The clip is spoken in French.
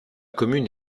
commune